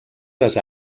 les